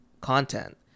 content